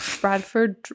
Bradford